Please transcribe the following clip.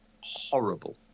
horrible